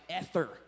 ether